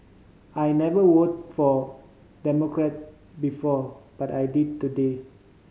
I never voted for Democrat before but I did today